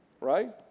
right